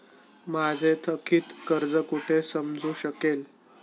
माझे थकीत कर्ज कुठे समजू शकेल?